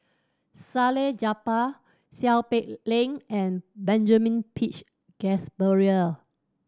Salleh Japar Seow Peck Leng and Benjamin Peach Keasberry